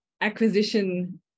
acquisition